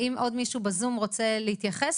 האם עוד מישהו בזום רוצה להתייחס?